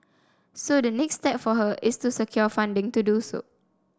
so the next step for her is to secure funding to do so